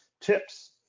tips